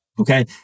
Okay